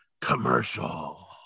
Commercial